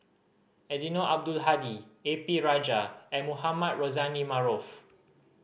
Eddino Abdul Hadi A P Rajah and Mohamed Rozani Maarof